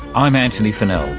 i'm antony funnell.